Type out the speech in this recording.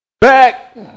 Back